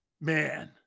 Man